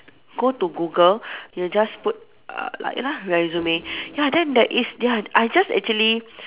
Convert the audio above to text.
go to Google you just put uh write lah resume ya then there is ya I just actually